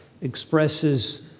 expresses